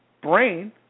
brain